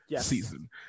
season